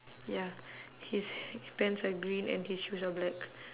ya his pants are green and his shoes are black